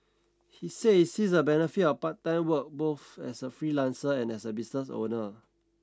he said he sees a benefit of part time work both as a freelancer and as a business owner